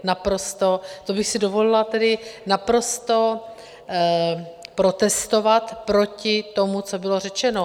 Naprosto, to bych si dovolila tedy naprosto protestovat proti tomu, co bylo řečeno.